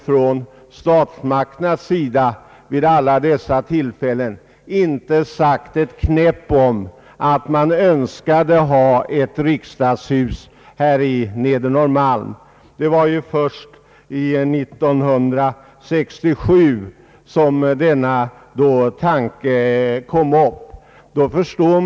Från statsmakternas sida har vid alla dessa tillfällen inte sagts ett ord om att man önskade ett riksdagshus förlagt till Nedre Norrmalm. Det var först 1967 som denna tanke väcktes.